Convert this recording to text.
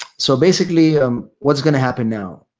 so, basically um what's going to happen now?